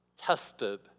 tested